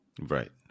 Right